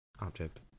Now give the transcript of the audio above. object